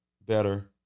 better